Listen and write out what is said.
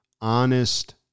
honest